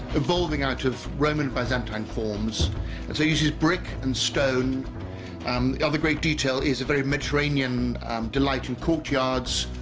evolving out of roman byzantine forms and so uses brick and stone um the other great detail is a very mediterranean delight in courtyards